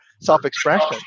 self-expression